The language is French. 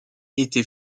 était